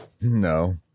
No